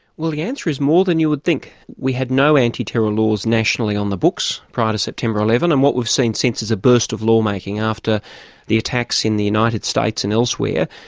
well, the answer is more than you would think. we had no anti-terror laws nationally on the books, prior to september eleven, and what we've seen since is a burst of lawmaking after the attacks in the united states and elsewhere,